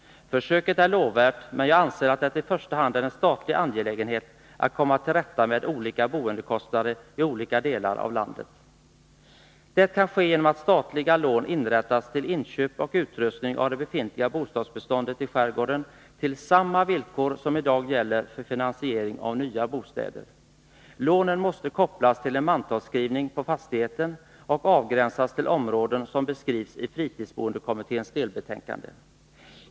Försöket är lovvärt, men jag anser att det i första hand är en statlig — Anslag till angelägenhet att komma till rätta med olika boendekostnader i olika delar av landet. Det kan ske genom att statliga lån inrättas till inköp och utrustning av det befintliga bostadsbeståndet i skärgården till samma villkor som i dag gäller för finansiering av nya bostäder. Lånen måste kopplas till en mantalsskrivning på fastigheten och avgränsas till områden som beskrivs i fritidsboendekommitténs delbetänkande.